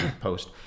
post